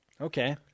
Okay